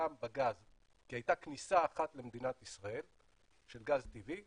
הפחם בגז כי הייתה כניסה אחת למדינת ישראל של גז טבעי